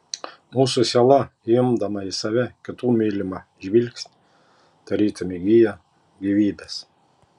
mūsų siela įimdama į save kitų mylimą žvilgsnį tarytum įgyja gyvybės